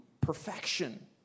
perfection